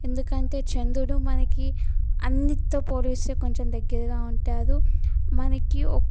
ఎందుకంటే చంద్రుడు మనకి అన్నిటితో పోలిస్తే కొంచెం దగ్గరగా ఉంటాడు మనకి